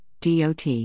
DOT